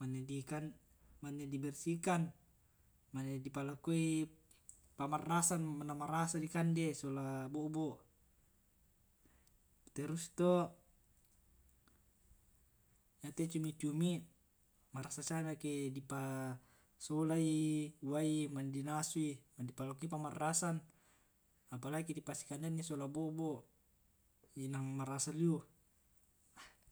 mane di bersihkan mane di palakoi pammarasan na marasa di kande sola bo'bo'. terus to yate cumi-cumi marasa siami ake di pasolai wai mane di nasui na di palakoi pammarasan apa lagi eke di pasikandeangngi sola bo'bo' inang marasa liu.